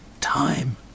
time